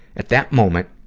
at that moment,